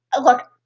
look